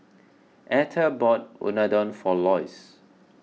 Etter bought Unadon for Loyce